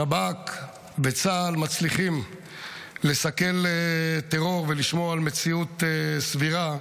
השב"כ וצה"ל מצליחים לסכל טרור ולשמור על מציאות סבירה.